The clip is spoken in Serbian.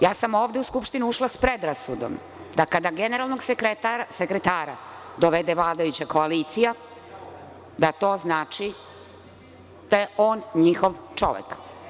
Ja sam ovde u Skupštinu ušla s predrasudom da kada generalnog sekretara dovede vladajuća koalicija da to znači da je on njihov čovek.